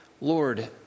Lord